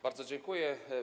Bardzo dziękuję.